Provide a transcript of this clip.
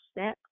step